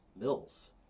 mills